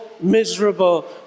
miserable